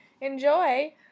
enjoy